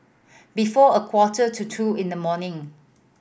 before a quarter to two in the morning